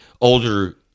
Older